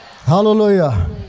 Hallelujah